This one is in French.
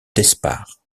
d’espard